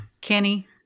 Kenny